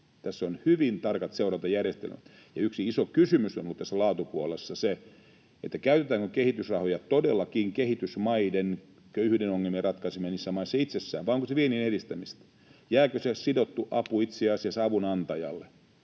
Tässä on hyvin tarkat seurantajärjestelmät. Ja yksi iso kysymys on ollut tässä laatupuolessa se, käytetäänkö kehitysrahoja todellakin kehitysmaiden köyhyyden ongelmien ratkaisemiseksi niissä maissa itsessään vai ovatko ne viennin edistämistä ja jääkö se sidottu apu itse asiassa avun antajalle?